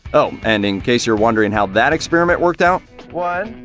oh, and in case you're wondering how that experiment worked out one,